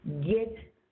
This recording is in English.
get